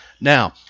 Now